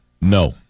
No